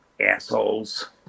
assholes